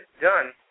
done